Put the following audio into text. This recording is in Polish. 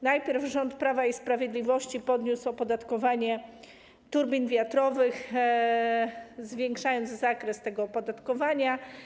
Najpierw rząd Prawa i Sprawiedliwości podniósł opodatkowanie turbin wiatrowych, zwiększając zakres tego opodatkowania.